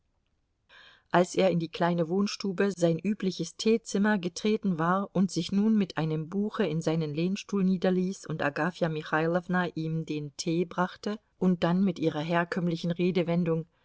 als er in die kleine wohnstube sein übliches teezimmer getreten war und sich nun mit einem buche in seinen lehnstuhl niederließ und agafja michailowna ihm den tee brachte und dann mit ihrer herkömmlichen redewendung